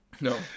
No